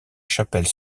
chapelle